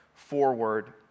forward